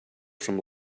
some